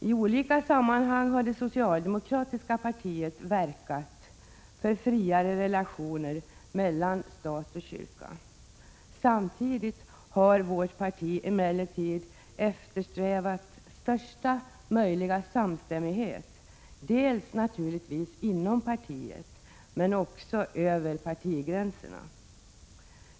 I olika sammanhang har det socialdemokratiska partiet verkat för friare relationer mellan stat och kyrka. Samtidigt har vårt parti emellertid eftersträvat största möjliga samstämmighet, dels naturligtvis inom partiet, dels också över partigränserna.